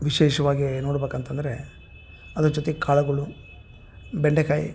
ವಿಶೇಷವಾಗಿ ನೋಡ್ಬೇಕಂತಂದ್ರೆ ಅದ್ರ ಜೊತೆಗ್ ಕಾಳುಗಳು ಬೆಂಡೆಕಾಯಿ